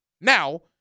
Now